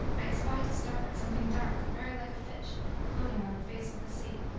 i espy to starboard something dark, very like a fish floating on the face of the sea,